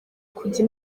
kujya